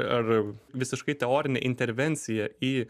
ar visiškai teorinė intervencija į